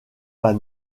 pas